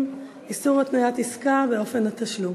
ועדת הכנסת.